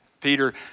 Peter